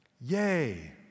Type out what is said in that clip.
Yay